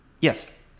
yes